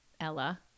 Ella